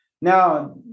Now